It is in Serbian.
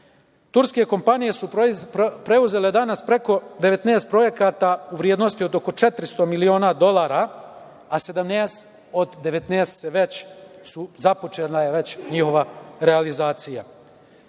odnose. Turske kompanije su preuzele danas preko 19 projekata u vrednosti od oko 400 miliona dolara, a 17 od 19 su već započele njihovu realizaciju.